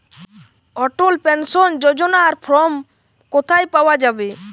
অটল pension যোজনার form কোথায় পাওয়া যাবে?